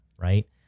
right